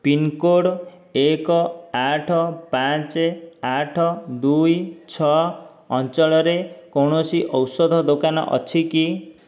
pincode ଏକ ଆଠ ପାଞ୍ଚ ଆଠ ଦୁଇ ଛଅ ଅଞ୍ଚଳରେ କୌଣସି ଔଷଧ ଦୋକାନ ଅଛି କି